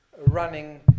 running